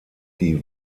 die